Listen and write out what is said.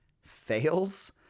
fails